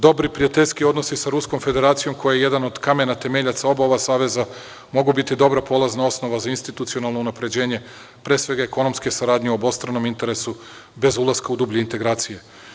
Dobri i prijateljski odnosi sa Ruskom Federacijom, koja je jedan od kamena temeljaca oba ova saveza, mogu biti dobra polazna osnova na institucionalno unapređenje pre svega ekonomske saradnje o obostranom interesu, bez ulaska u dublje integracije.